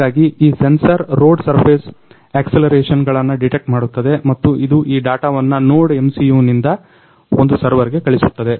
ಹಾಗಾಗಿ ಈ sensor road surface ಅಕ್ಸಿಲರೇಷನ್ಗಳನ್ನ ಡಿಟೆಕ್ಟ್ ಮಾಡುತ್ತದೆ ಮತ್ತು ಇದು ಈ ಡಾಟವನ್ನ NodeMCUಯಿಂದ ಒಂದು ಸರ್ವೆರ್ಗೆ ಕಳಿಸುತ್ತದೆ